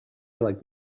like